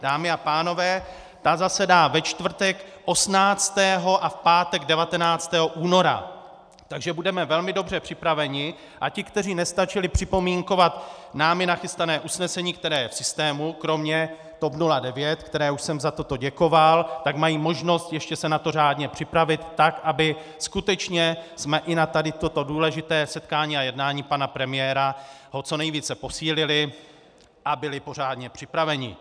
Dámy a pánové, ta zasedá ve čtvrtek 18. a v pátek 19. února, takže budeme velmi dobře připraveni a ti, kteří nestačili připomínkovat námi nachystané usnesení, které je v systému, kromě TOP 09, které už jsem za to děkoval, tak mají možnost ještě se na to řádně připravit, tak abychom skutečně na toto důležité setkání a jednání pana premiéra co nejvíce posílili a byli pořádně připraveni.